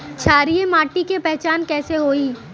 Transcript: क्षारीय माटी के पहचान कैसे होई?